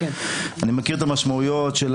אני מכיר את המשמעויות של